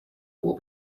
will